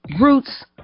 roots